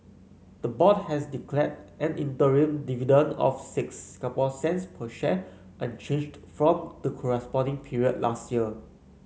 the board has declared an interim dividend of six Singapore cents per share unchanged from the corresponding period last year